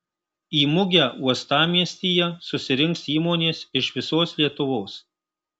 į mugę uostamiestyje susirinks įmonės iš visos lietuvos